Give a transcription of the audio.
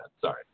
Sorry